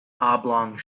oblong